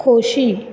खोशी